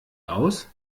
aus